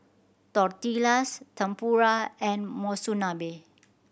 Tortillas Tempura and Monsunabe